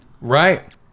Right